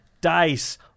dice